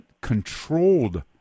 controlled